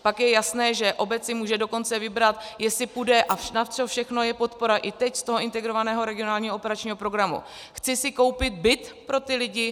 Pak je jasné, že obec si může dokonce vybrat, jestli půjde a na co všechno je podpora i teď z toho Integrovaného regionálního operačního programu: Chci si koupit byt pro ty lidi?